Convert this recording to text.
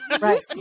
Right